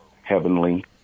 heavenly